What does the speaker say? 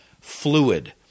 fluid